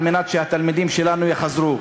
על מנת שהתלמידים שלנו יחזרו.